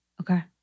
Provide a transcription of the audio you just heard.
Okay